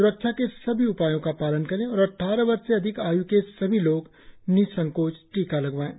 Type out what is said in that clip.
स्रक्षा के सभी उपायों का पालन करें और अद्वारह वर्ष से अधिक आय् के सभी लोग निसंकोच टीका लगवाएं